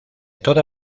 toda